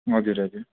हजुर हजुर